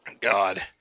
God